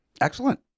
Excellent